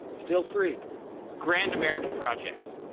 still free grand american projects.